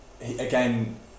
again